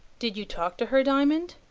did you talk to her, diamond?